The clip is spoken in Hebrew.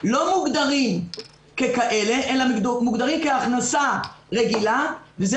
לא מוגדרים ככאלה אלא מוגדרים כהכנסה רגילה וזה